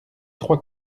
trois